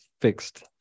fixed